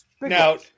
now